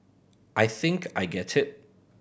I think I get it